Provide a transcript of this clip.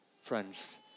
friends